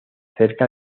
cerca